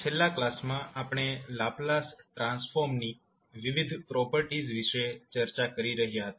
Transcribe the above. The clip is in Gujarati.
છેલ્લા કલાસ માં આપણે લાપ્લાસ ટ્રાન્સફોર્મ ની વિવિધ પ્રોપર્ટીઝ વિશે ચર્ચા કરી રહ્યા હતા